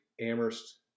Amherst